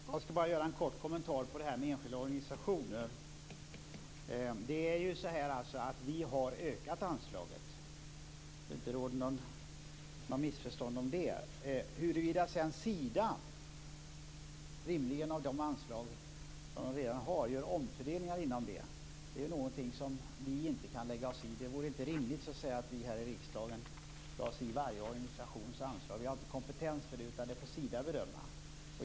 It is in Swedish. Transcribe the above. Fru talman! Jag skall bara göra en kort kommentar till det som sades om enskilda organisationer. Jag vill för att det inte skall råda något missförstånd säga att vi har ökat anslaget. Att sedan Sida gör omfördelningar bland de anslag som Sida redan har kan vi inte lägga oss i. Det vore inte rimligt att vi här i riksdagen lade oss i varje organisations anslag. Vi har inte kompetens för det, utan det får Sida bedöma.